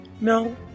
No